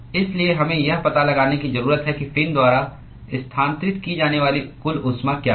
इसलिए हमें यह पता लगाने की जरूरत है कि फिन द्वारा स्थानांतरित की जाने वाली कुल ऊष्मा क्या है